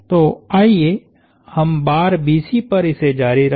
तो आइए हम बार BC पर इसे जारी रखें